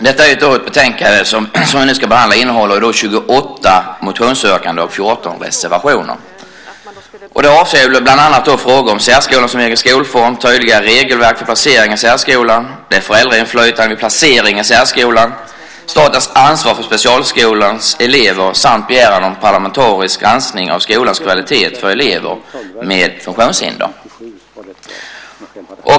Herr talman! Det betänkande som vi nu ska behandla innehåller 28 motionsyrkanden och 14 reservationer. De avser bland annat frågor om särskolan som egen skolform, tydligare regelverk för placering i särskolan, föräldrainflytande vid placering i särskolan, statens ansvar för specialskolans elever samt begäran om parlamentarisk granskning av skolans kvalitet för elever med funktionshinder.